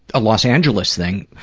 a los angeles thing,